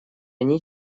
они